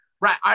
Right